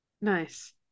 nice